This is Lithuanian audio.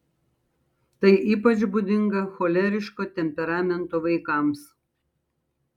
tai ypač būdinga choleriško temperamento vaikams